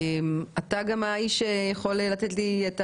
אתה גם האיש שיכול לתת לי את